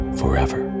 forever